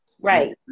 Right